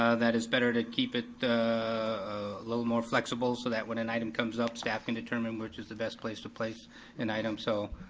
ah that it's better to keep it a little more flexible so that when an item comes up, staff can determine which is the best place to place an item, so